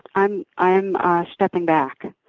i'm i'm ah stepping back.